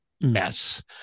mess